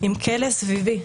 עם כלא סביבי,